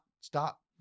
stop